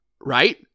right